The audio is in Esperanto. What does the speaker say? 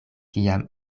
kiam